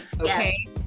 Okay